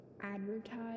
advertise